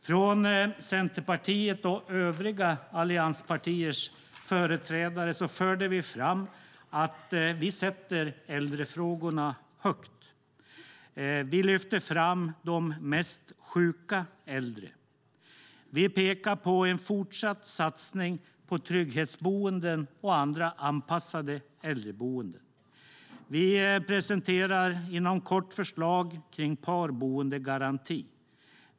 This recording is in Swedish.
Från Centerpartiet och övriga allianspartiers företrädare förde vi fram att vi sätter äldrefrågorna högt. Vi lyfter fram de mest sjuka äldre. Vi pekar på en fortsatt satsning på trygghetsboenden och andra anpassade äldreboenden. Vi presenterar inom kort förslag om parboendegaranti.